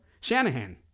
Shanahan